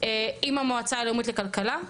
עם המועצה הלאומית לכלכלה,